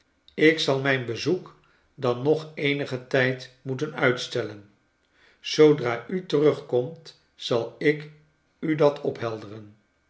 ik zal mijn bezoek dan nog eenigen tijd moeten uitstellen oodra a terugkomt zal ik u dat optielderen